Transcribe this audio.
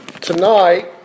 Tonight